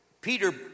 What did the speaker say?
Peter